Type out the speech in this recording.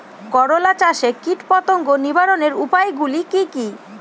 করলা চাষে কীটপতঙ্গ নিবারণের উপায়গুলি কি কী?